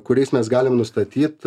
kuriais mes galime nustatyt